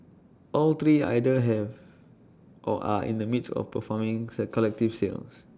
all three either have or are in the midst of forming A collective sales